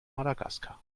madagaskar